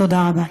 תודה רבה.